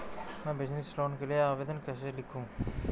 मैं business loan के लिए आवेदन कैसे लिखूँ?